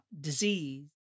disease